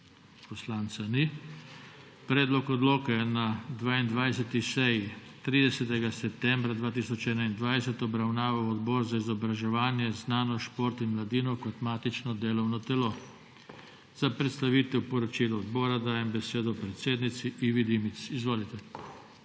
Poslanca ni. Predlog odloka je na 22. seji 30. septembra 2021 obravnaval Odbor za izobraževanje, znanost, šport in mladino kot matično delovno telo. Za predstavitev poročila odbora dajem besedo predsednici Ivi Dimic. Izvolite.